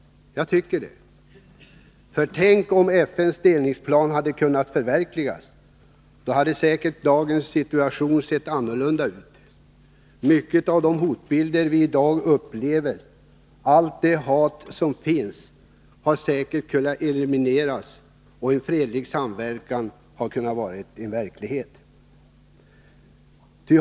Jag tycker det, för tänk om FN:s delningsplan hade kunnat förverkligas! Då hade säkert dagens situation sett annorlunda ut. Många av de hotbilder vi i dag upplever och allt det hat som finns hade då säkert kunnat elimineras, och en fredlig samverkan hade kunnat vara verklighet.